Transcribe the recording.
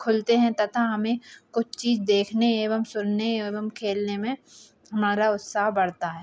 खुलते हैं तथा हमें कुछ चीज़ देखने एवं सुनने एवं खेलने में हमारा उत्साह बढ़ता है